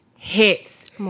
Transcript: hits